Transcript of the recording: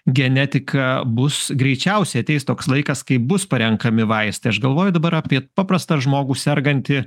genetiką bus greičiausiai ateis toks laikas kai bus parenkami vaistai aš galvoju dabar apie paprastą žmogų sergantį